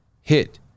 hit